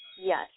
Yes